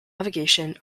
navigation